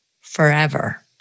forever